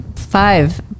five